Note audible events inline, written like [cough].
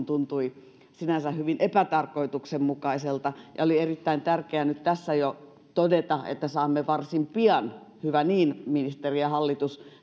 [unintelligible] tuntui sinänsä hyvin epätarkoituksenmukaiselta ja oli erittäin tärkeää nyt tässä jo todeta että saamme varsin pian hyvä niin ministeri ja hallitus